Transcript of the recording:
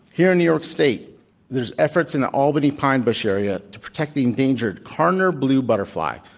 here in new york state there's efforts in the albany pine bush area to protect the endangered karner bluebutterfly.